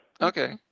Okay